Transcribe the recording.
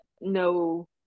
no